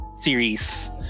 series